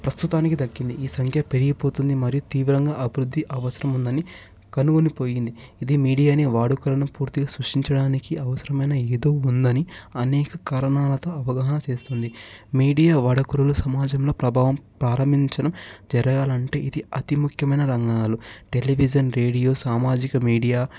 ప్రస్తుతానికి దక్కింది ఈ సంఖ్య పెరిగిపోతుంది మరియు తీవ్రంగా అభివృద్ధి అవసరం ఉందని కనుగొని పోయింది ఇది మీడియాని వాడుకలను పూర్తిగా సృష్టించడానికి అవసరమైన ఏదో ఉందని అనేక కారణలతో అవగాహన చేస్తుంది మీడియా వాడుకలను సమాజంలో ప్రభావం ప్రారంభించడం జరగాలంటే ఇది అతి ముఖ్యమైన రంగాలు టెలివిజన్ రేడియో సామాజిక మీడియా